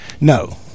No